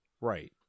right